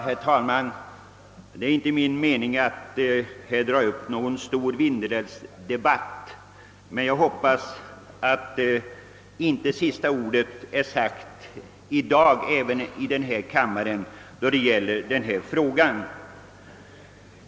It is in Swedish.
Herr talman! Det är inte min mening att dra upp någon stor Vindelälvsdebatt, men jag hoppas att sista ordet i frågan inte skall vara sagt här i kammaren i och med dagens diskussion.